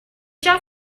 job